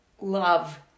love